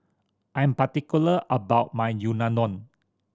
I am particular about my Unadon